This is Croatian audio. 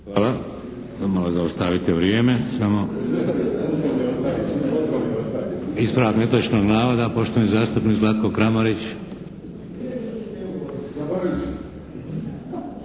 malo zaustavite vrijeme samo. Ispravak netočnog navoda poštovani zastupnik Zlatko Kramarić.